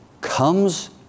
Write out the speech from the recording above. comes